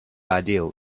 ideal